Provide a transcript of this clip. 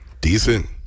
Decent